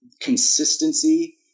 consistency